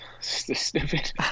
Stupid